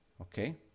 Okay